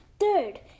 Third